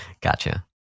Gotcha